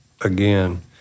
again